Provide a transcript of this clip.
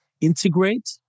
integrate